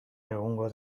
egongo